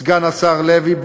סגן שר לוי,